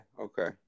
okay